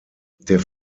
der